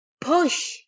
push